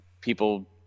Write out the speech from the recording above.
people